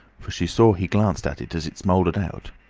for she saw he glanced at it as it smouldered out.